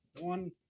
one